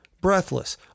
breathless